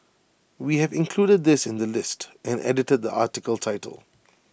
we have included this in the list and edited the article title